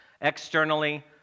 Externally